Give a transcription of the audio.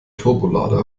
turbolader